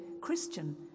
christian